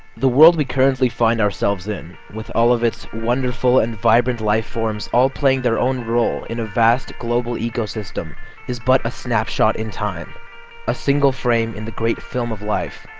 the world we currently find ourselves in with all of its wonderful and vibrant life forms all playing their own role in a vast global ecosystem is but a snapshot in time a single frame in the great film of life.